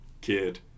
kid